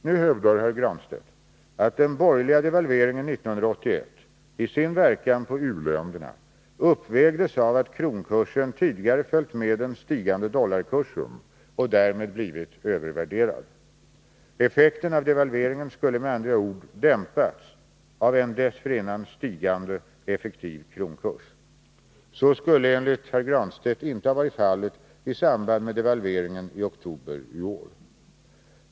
Nu hävdar herr Granstedt att den borgerliga devalveringen 1981 i sin verkan på u-länderna uppvägdes av att kronkursen tidigare följt med den stigande dollarkursen och därmed blivit övervärderad. Effekten av devalveringen skulle med andra ord ha dämpats av en dessförinnan stigande effektiv kronkurs. Så skulle enligt herr Granstedt inte ha varit fallet i samband med devalveringen i oktober i år.